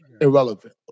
irrelevant